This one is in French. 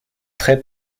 très